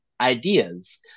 ideas